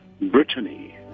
Brittany